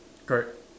correct